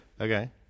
Okay